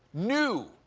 new,